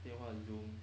电话 zoom